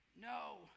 no